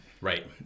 Right